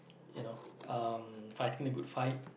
you know um fighting the good fight